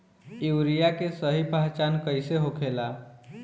Urea के सही पहचान कईसे होखेला?